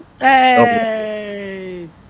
Hey